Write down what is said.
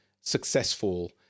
successful